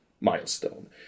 milestone